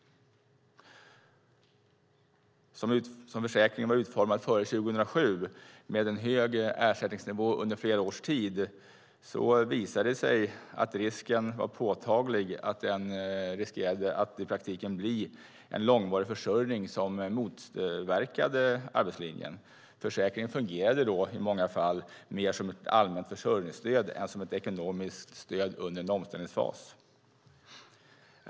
Som försäkringen var utformad före 2007 med en hög ersättningsnivå under flera års tid visade det sig att risken var påtaglig att den i praktiken blev en långvarig försörjning som motverkade arbetslinjen. Försäkringen fungerade då i många fall mer som ett allmänt försörjningsstöd än som ett ekonomiskt stöd under en omställningsfas.